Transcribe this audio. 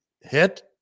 hit